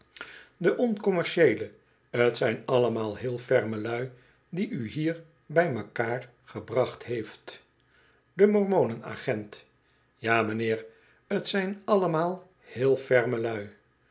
de oncommercieele t zijn allemaal heel ferme lui die u hier bij mekaar gebracht heeft de mormonen ag ent ja m'nbeer t zijn allemaal heel ferme lui